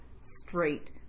straight